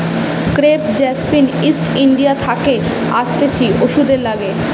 crepe jasmine East India থাকে আসতিছে ওষুধে লাগে